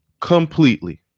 Completely